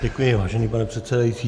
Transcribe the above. Děkuji, vážený pane předsedající.